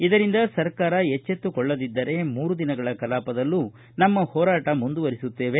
ಇದರಿಂದ ಸರ್ಕಾರ ಎಚ್ಚಿತ್ತುಕೊಳ್ಳದಿದ್ದರೆ ಮೂರು ದಿನಗಳ ಕಲಾಪದಲ್ಲೂ ನಮ್ಮ ಹೋರಾಟ ಮುಂದುವರಿಸುತ್ತೇವೆ